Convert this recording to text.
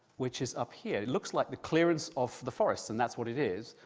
which is up here, it looks like the clearance of the forest and that's what it is,